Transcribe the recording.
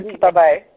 bye-bye